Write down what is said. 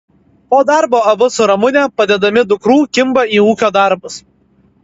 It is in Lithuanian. po darbo abu su ramune padedami dukrų kimba į ūkio darbus